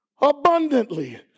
abundantly